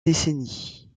décennies